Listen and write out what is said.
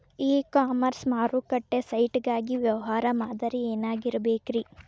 E commerce ಮಾರುಕಟ್ಟೆ site ಗಾಗಿ ವ್ಯವಹಾರ ಮಾದರಿ ಏನಾಗಿರಬೇಕ್ರಿ?